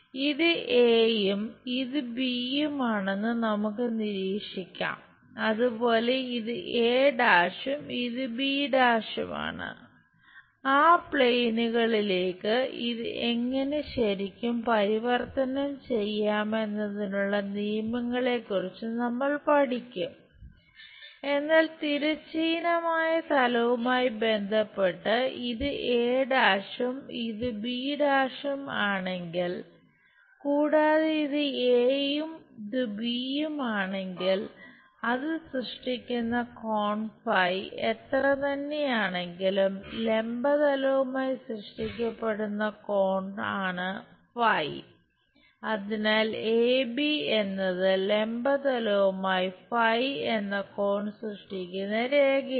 ഇത് എയും എന്ന കോൺ സൃഷ്ടിക്കുന്ന രേഖയാണ്